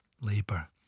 Labour